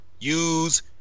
use